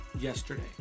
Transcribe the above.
yesterday